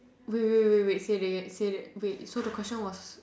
wait wait wait wait wait say that so the question was